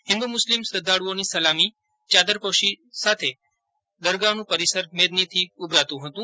હિન્દુ મુસ્લિમ શ્રદ્વાળુઓની સલામી યાદરપોશી માટે દરગાહનું પરિસર મેદનીથી ઊભરાતું હતું